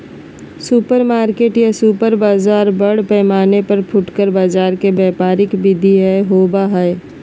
supermarket या super बाजार बड़ पैमाना पर फुटकर बाजार के व्यापारिक विधि हल होबा हई